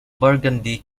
burgundy